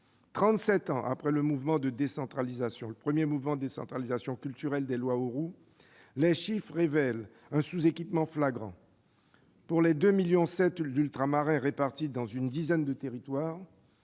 et les outre-mer. Trente-sept ans après le premier mouvement de décentralisation culturelle des lois Auroux, les chiffres révèlent un sous-équipement flagrant. Pour les 2,7 millions d'Ultramarins répartis dans une dizaine de territoires,